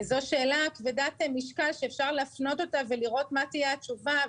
זו שאלה כבדת משקל שאפשר להפנות אותה ולראות מה תהיה התשובה.